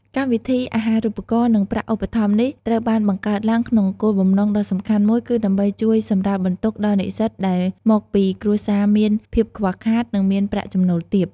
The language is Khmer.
កម្មវិធីអាហារូបករណ៍ និងប្រាក់ឧបត្ថម្ភនេះត្រូវបានបង្កើតឡើងក្នុងគោលបំណងដ៏សំខាន់មួយគឺដើម្បីជួយសម្រាលបន្ទុកដល់និស្សិតដែលមកពីគ្រួសារមានភាពខ្វះខាត ឬមានប្រាក់ចំណូលទាប។